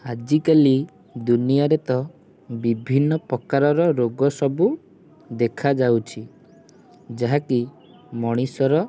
ଆଜି କାଲି ଦୁନିଆରେ ତ ବିଭିନ୍ନ ପ୍ରକାରର ରୋଗ ସବୁ ଦେଖାଯାଉଛି ଯାହା କି ମଣିଷର